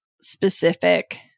specific